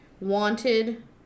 wanted